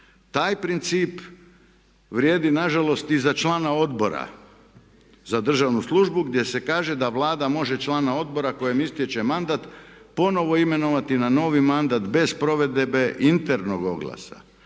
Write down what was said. Taj princip vrijedi na žalost i za člana Odbora za državnu službu gdje se kaže da Vlada može člana odbora kojem istječe mandat ponovo imenovati na novi mandat bez provedbe internog oglasa.